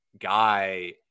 guy